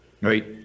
right